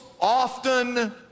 often